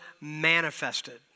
manifested